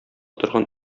торган